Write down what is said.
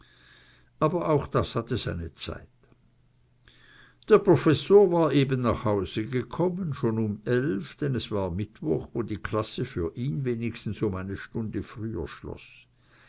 aber auch das hatte seine zeit der professor war eben nach hause gekommen schon um elf denn es war mittwoch wo die klasse für ihn wenigstens um eine stunde früher schloß